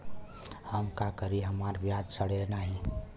हम का करी हमार प्याज सड़ें नाही?